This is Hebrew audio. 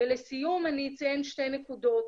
ולסיום אציין שתי נקודות.